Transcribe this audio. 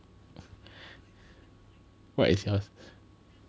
what is yours